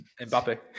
Mbappe